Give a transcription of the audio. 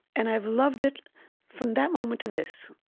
and i've loved it from that moment to this.